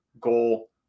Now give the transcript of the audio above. goal